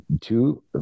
two